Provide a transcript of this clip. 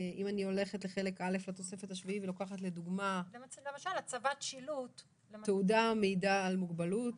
הולכת לחלק א' בתוספת השביעית ולוקחת לדוגמה תעודה המעידה על מוגבלות,